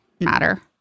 matter